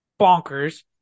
bonkers